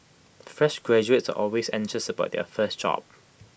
fresh graduates are always anxious about their first job